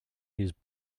his